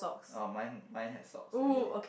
oh mine mine has socks okay